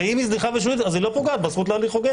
הרי אם היא זניחה ושולית אז היא לא פוגעת בזכות להליך הוגן.